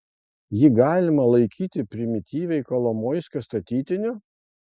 jį galima laikyti primityviai kolomoiskio statytiniu